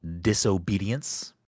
Disobedience